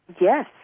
yes